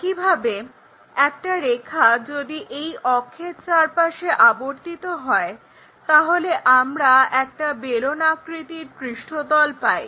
একইভাবে একটা রেখা যদি এই অক্ষের চারপাশে আবর্তিত হয় তাহলে আমরা একটা বেলনাকৃতির পৃষ্ঠতল পাই